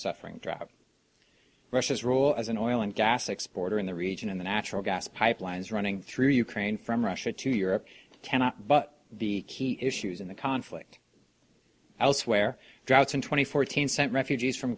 suffering drought russia's role as an oil and gas exporter in the region and the natural gas pipelines running through ukraine from russia to europe cannot but the key issues in the conflict elsewhere droughts in two thousand and fourteen sent refugees from